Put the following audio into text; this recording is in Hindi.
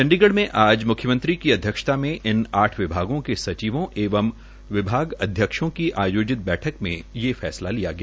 चंडीगढ़ में आज मुख्यमंत्री की अध्यक्षता में इन आठ विभागों के सचिवों एवं विभाग अध्यक्षों की आयोजित बैठक में ये फैसला लिया गया